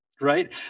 right